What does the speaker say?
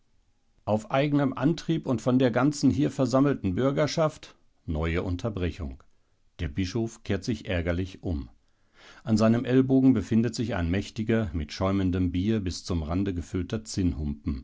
auf eigenen antrieb und von der ganzen hier versammelten bürgerschaft neue unterbrechung der bischof kehrt sich ärgerlich um an seinem ellenbogen befindet sich ein mächtiger mit schäumendem bier bis zum rande gefüllter